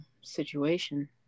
situation